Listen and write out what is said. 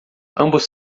ambos